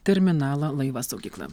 terminalą laivą saugyklą